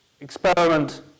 experiment